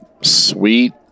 sweet